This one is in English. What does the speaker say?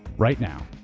right now,